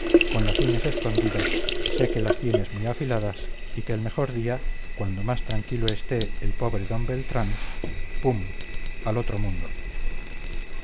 con las uñas escondidas sé que las tienes muy afiladas y que el mejor día cuando más tranquilo esté el pobre don beltrán pum al otro mundo